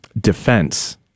defense